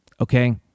okay